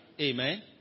Amen